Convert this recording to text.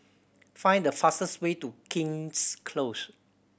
find the fastest way to King's Close